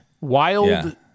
wild